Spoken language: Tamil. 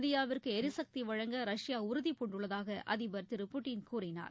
இந்தியாவிற்கு எரிசக்தி வழங்க ரஷ்யா உறுதிபூண்டுள்ளதாக அதிபர் திரு புடின் கூறினார்